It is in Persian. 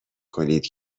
کنید